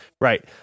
right